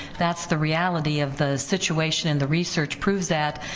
that's the reality of the situation and the research proves that,